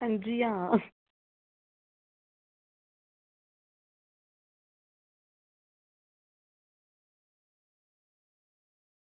हां जी हां